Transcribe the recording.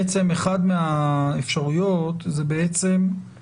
בעצם אחת האפשרויות היא לומר